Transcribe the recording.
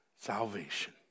salvation